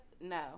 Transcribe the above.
no